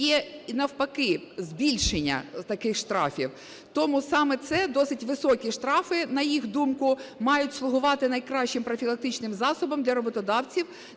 є, навпаки, збільшення таких штрафів. Тому саме це, досить високі штрафи, на їх думку, мають слугувати найкращим профілактичним засобом для роботодавців